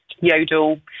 Yodel